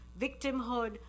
victimhood